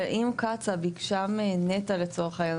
אבל אם קצא"א ביקשה מנת"ע לצורך העניין,